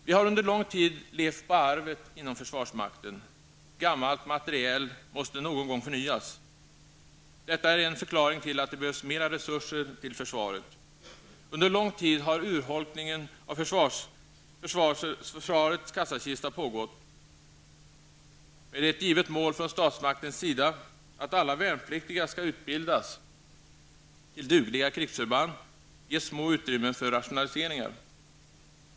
Vi har under lång tid levt på arvet inom försvarsmakten. Gammal materiel måste någon gång förnyas. Detta är en förklaring till att det behövs mer resurser till försvaret. Under lång tid har urholkningen av försvarets kassakista pågått. Med ett givet mål från statsmaktens sida att alla värnpliktiga skall utbildas så att de kan utgöra dugliga krigsförband ges små utrymmen för rationaliseringar.